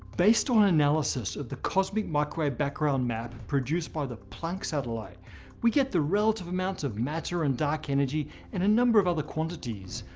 based on analysis of the cosmic microwave background map produced by the planck satellite we get the relative amounts of matter and dark energy and a number of other quantities.